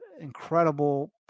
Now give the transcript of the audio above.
incredible